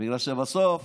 בגלל שבסוף